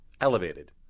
elevated